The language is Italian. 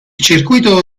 circuito